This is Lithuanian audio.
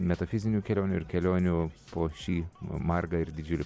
metafizinių kelionių ir kelionių po šį margą ir didžiulį